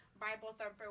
Bible-thumper